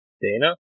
Dana